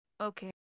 okay